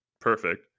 perfect